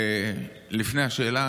לפני השאלה,